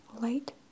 light